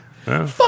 fuck